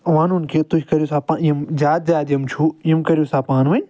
ونُن کہِ تُہۍ کٔرِو سا یِم زیادٕ زیادٕ یِم چھو یِم کٔرِو سا پانہٕ ؤنی